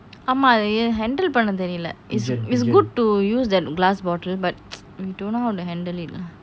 ஆமா அது:ama athu handle பண்ண தெரில:panna terila it is good to use that glass bottle but I don't know how to handle it lah